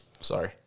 Sorry